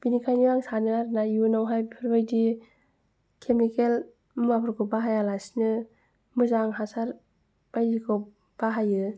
बिनिखायनो आं सानो आरो ना इयुनावहाय बिफोरबायदि केमिकेल मुवाफोरखौ बाहायालासिनो मोजां हासार बायदिखौ बाहायो